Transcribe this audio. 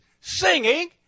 singing